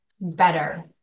better